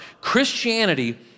Christianity